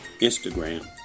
Instagram